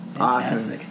Awesome